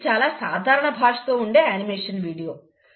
ఇది చాలా సాధారణ భాషతో ఉండే అనిమేషన్ వీడియో